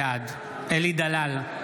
בעד אלי דלל,